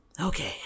Okay